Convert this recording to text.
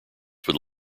would